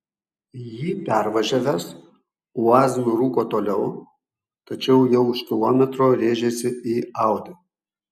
jį pervažiavęs uaz nurūko toliau tačiau jau už kilometro rėžėsi į audi